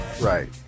Right